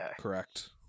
Correct